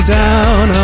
down